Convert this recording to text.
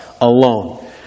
alone